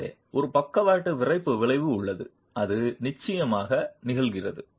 எனவே ஒரு பக்கவாட்டு விறைப்பு விளைவு உள்ளது அது நிச்சயமாக நிகழ்கிறது